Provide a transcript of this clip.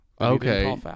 Okay